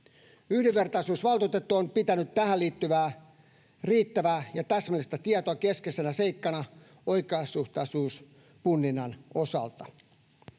Yhdenvertaisuusvaltuutettu on pitänyt tähän liittyvää riittävää ja täsmällistä tietoa keskeisenä seikkana oikeasuhtaisuuspunninnan osalta.